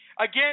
Again